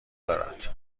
دارد